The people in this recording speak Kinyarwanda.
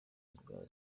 indwara